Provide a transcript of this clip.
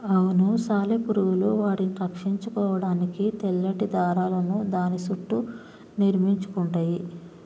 అవును సాలెపురుగులు వాటిని రక్షించుకోడానికి తెల్లటి దారాలను దాని సుట్టూ నిర్మించుకుంటయ్యి